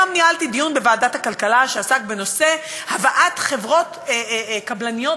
היום ניהלתי דיון בוועדת הכלכלה שעסק בנושא הבאת חברות קבלניות